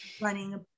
running